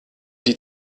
die